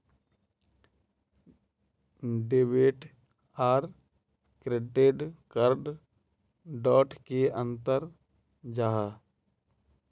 Debit आर credit card डोट की अंतर जाहा?